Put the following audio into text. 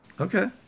Okay